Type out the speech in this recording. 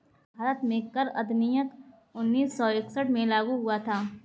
भारत में कर अधिनियम उन्नीस सौ इकसठ में लागू हुआ था